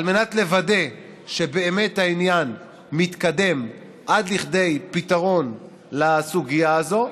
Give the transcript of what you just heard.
על מנת לוודא שהעניין באמת מתקדם עד לכדי פתרון לסוגיה הזאת,